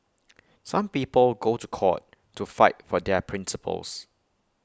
some people go to court to fight for their principles